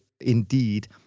indeed